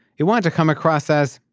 it wanted to come across as,